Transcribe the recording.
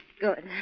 Good